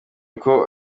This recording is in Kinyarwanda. uko